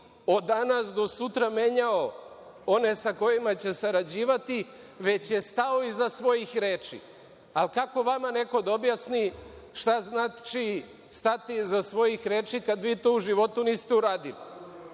od danas do sutra menjao one sa kojima će sarađivati, već je stao iza svojih reči. Kako vama neko da objasni šta znači stati iza svojih reči kad vi to u životu niste uradili?